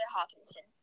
Hawkinson